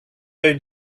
going